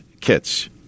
kits